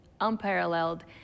unparalleled